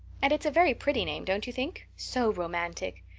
and it's a very pretty name, don't you think? so romantic!